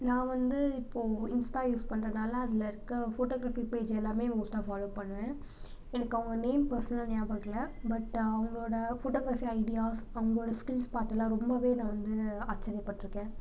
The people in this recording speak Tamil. நான் வந்து இப்போது இன்ஸ்டா யூஸ் பண்றதுனால அதில் இருக்க ஃபோட்டோக்ராஃபி பேஜ் எல்லாம் மோஸ்ட்டாக ஃபாலோ பண்ணுவேன் எனக்கு அவங்க நேம் பர்ஸ்னலாக நியாபகம் இல்லை பட் அவங்களோட ஃபோட்டோக்ராஃபி ஐடியாஸ் அவங்களோட ஸ்கில்ஸ் பார்த்தெல்லாம் ரொம்ப நான் வந்து ஆச்சரியப்பட்டிருக்கேன்